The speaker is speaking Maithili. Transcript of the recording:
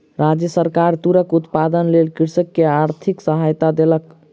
राज्य सरकार तूरक उत्पादनक लेल कृषक के आर्थिक सहायता देलक